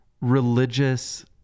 religious